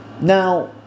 Now